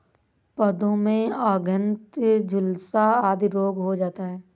पौधों में अंगैयता, झुलसा आदि रोग हो जाता है